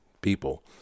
people